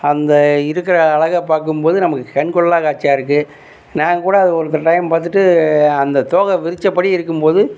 அந்த இருக்கிற அழகை பார்க்கும்போது நமக்கு கண்கொள்ளா காட்சியாக இருக்குது நான் கூட அது ஒரு டைம் பார்த்துட்டு அந்த தோகை விரித்தபடி இருக்கும் போது